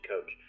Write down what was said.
coach